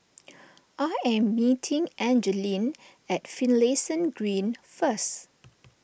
I am meeting Angeline at Finlayson Green first